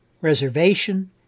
reservation